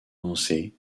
lancées